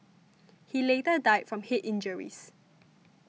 he later died from head injuries